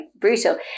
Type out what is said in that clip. brutal